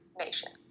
Nation